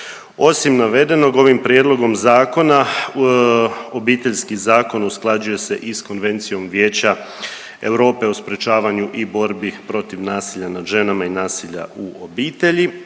Osim navedenog, ovim Prijedlogom zakona, Obiteljski zakon usklađuje se i s Konvencijom Vijeća EU o sprječavanju i borbi protiv nasilja nad ženama i nasilja u obitelji